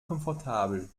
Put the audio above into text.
komfortabel